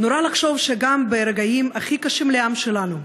נורא לחשוב שגם ברגעים הכי קשים לעם שלנו,